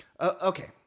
okay